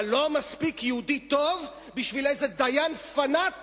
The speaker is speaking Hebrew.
אבל לא מספיק יהודי טוב בשביל איזה דיין פנאט